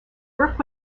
burke